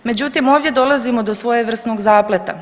Međutim, ovdje dolazimo do svojevrsnog zapleta.